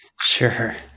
Sure